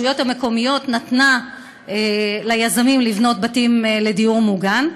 המקומית נתנה ליזמים לבנות עליה בתים לדיור מוגן,